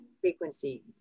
frequency